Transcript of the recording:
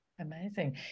amazing